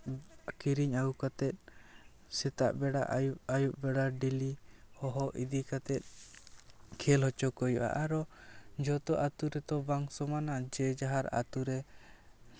ᱠᱤᱨᱤᱧ ᱟᱹᱜᱩ ᱠᱟᱛᱮᱜ ᱥᱮᱛᱟᱜ ᱵᱮᱲᱟ ᱟᱹᱭᱩᱵ ᱵᱮᱲᱟ ᱰᱮᱹᱞᱤ ᱦᱚᱦᱚ ᱤᱫᱤ ᱠᱟᱛᱮᱜ ᱠᱷᱮᱞ ᱦᱚᱪᱚ ᱠᱚ ᱦᱩᱭᱩᱜᱼᱟ ᱟᱨᱚ ᱡᱚᱛᱚ ᱟᱹᱛᱩ ᱨᱮᱛᱚ ᱵᱟᱝ ᱥᱚᱢᱟᱱᱟ ᱡᱮ ᱡᱟᱦᱟᱨ ᱟᱹᱛᱩ ᱨᱮ